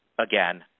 again